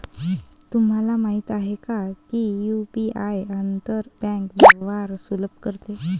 तुम्हाला माहित आहे का की यु.पी.आई आंतर बँक व्यवहार सुलभ करते?